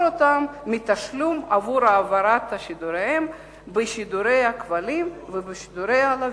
אותם מתשלום עבור העברת שידוריהם בשידורי הכבלים ובשידורי הלוויין,